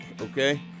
Okay